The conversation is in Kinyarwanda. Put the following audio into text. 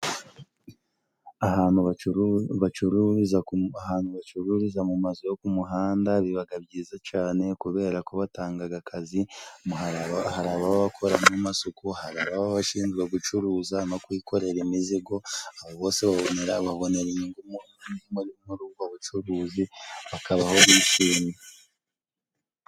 Ahantu bacururiza ahantu bacururiza mu mazu yo ku muhanda bibaga byiza cane, kuberako batangaga akazi hari ababa bakora n'amasuku ,hari ababa bashinzwe gucuruza no kwikorera imizigo ,abo bose babonera babonera inyungu muri ubwo bucuruzi bakabaho bishimye.